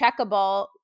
Checkable